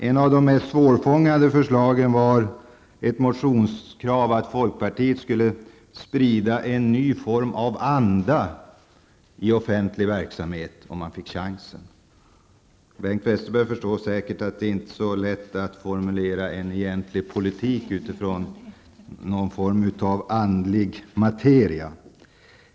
Ett av de mest svårfångade förslagen var ett motionskrav att folkpartiet skulle sprida en ny form av anda i offentlig verksamhet om man fick chansen. Bengt Westerberg förstår säkert att det inte är så lätt att formulera en egentlig politik utifrån någon form av andlig materia.